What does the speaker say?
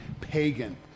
pagan